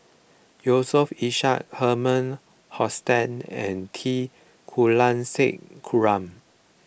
Yusof Ishak Herman Hochstadt and T Kulasekaram